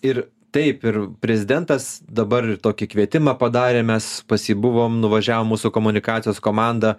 ir taip ir prezidentas dabar tokį kvietimą padarė mes pas jį buvom nuvažiavo mūsų komunikacijos komanda